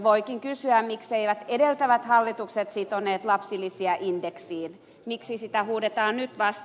voikin kysyä mikseivät edeltävät hallitukset sitoneet lapsilisiä indeksiin miksi sitä huudetaan nyt vasta